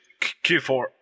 Q4